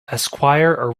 esquire